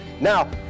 Now